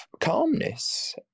calmness